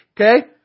okay